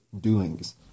doings